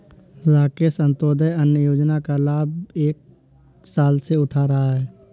राकेश अंत्योदय अन्न योजना का लाभ एक साल से उठा रहा है